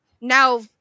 now